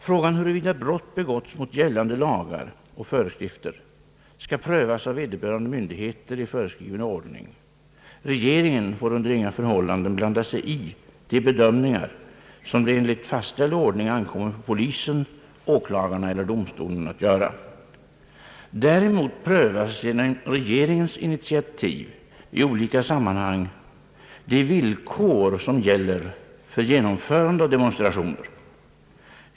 Frågan huruvida brott begåtts mot gällande lagar och föreskrifter skall prövas av vederbörande myndigheter i föreskriven ordning. Regeringen får under inga förhållanden blanda sig i de bedömningar, som det enligt fastställd ordning ankommer på polisen, åklagarna eller domstolarna att göra. Däremot prövas genom regeringens initiativ i olika sammanhang de villkor, som gäller för genomförande av demonstrationer.